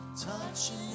touching